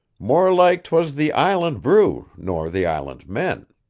more like twas the island brew nor the island men.